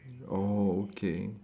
oh okay